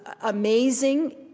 amazing